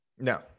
No